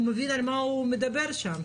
הוא מבין על מה הוא מדבר שם,